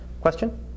Question